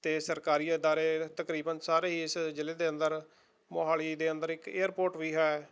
ਅਤੇ ਸਰਕਾਰੀ ਅਦਾਰੇ ਤਕਰੀਬਨ ਸਾਰੇ ਹੀ ਇਸ ਜ਼ਿਲ੍ਹੇ ਦੇ ਅੰਦਰ ਮੋਹਾਲੀ ਦੇ ਅੰਦਰ ਇੱਕ ਏਅਰਪੋਰਟ ਵੀ ਹੈ